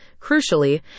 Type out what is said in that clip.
Crucially